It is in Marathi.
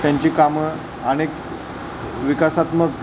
त्यांची कामं अनेक विकासात्मक